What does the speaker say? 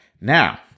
Now